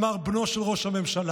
אמר בנו של ראש הממשלה,